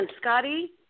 Scotty